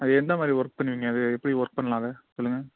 அது எந்தமாதிரி ஒர்க் பண்ணுவீங்க அது எப்படி ஒர்க் பண்ணலாம் அதை சொல்லுங்கள்